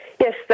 Yes